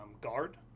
guard